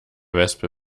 wespe